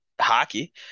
hockey